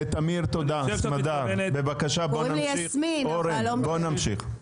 בבקשה, בואו נמשיך.